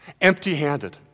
Empty-handed